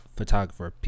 Photographer